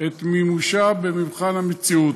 את מימושה במבחן המציאות.